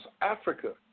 Africa